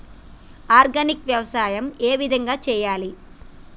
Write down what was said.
Organic వ్యవసాయం ఏ విధంగా చేయాలి?